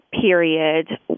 period